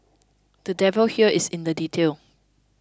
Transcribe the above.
the devil here is in the detail